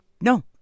no